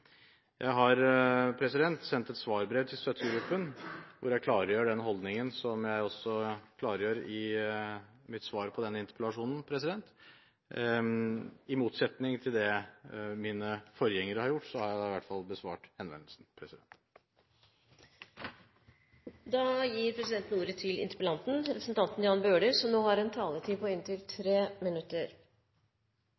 Jeg har sendt et svarbrev til støttegruppen, hvor jeg klargjør den holdningen som jeg også klargjør i mitt svar på denne interpellasjonen. I motsetning til det mine forgjengere har gjort, har jeg i hvert fall besvart henvendelsen. Jeg takker statsråden for et positivt svar, vil jeg si. Det som